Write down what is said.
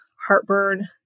heartburn